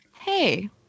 hey